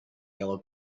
yellow